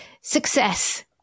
success